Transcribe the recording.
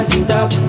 stop